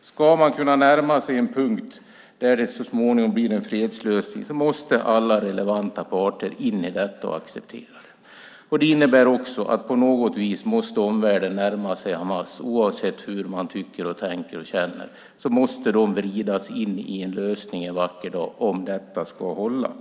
Ska man kunna närma sig en punkt där det så småningom blir en fredslösning måste alla relevanta parter in i det och acceptera det. Det innebär också att på något vis måste omvärlden närma sig Hamas. Oavsett hur man tycker, tänker och känner måste de vridas in i en lösning en vacker dag om det ska hålla.